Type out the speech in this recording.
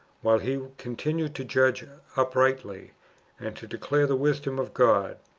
while he continued to judge uprightly and to declare the wisdom of god,